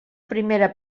primera